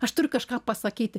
aš turiu kažką pasakyti